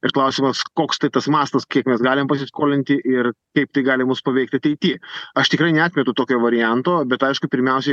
ir klausimas koks tai tas mastas kiek mes galim pasiskolinti ir kaip tai gali mus paveikt ateity aš tikrai neatmetu tokio varianto bet aišku pirmiausiai